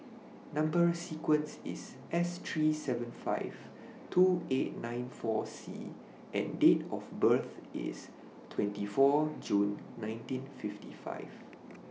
Number sequence IS S three seven five two eight nine four C and Date of birth IS twenty four June nineteen fifty five